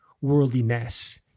worldliness